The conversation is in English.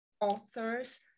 authors